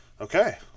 Okay